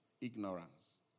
Ignorance